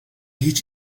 hiç